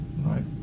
right